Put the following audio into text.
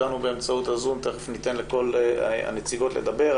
תיכף ניתן לכל הנציגות לדבר.